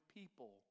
people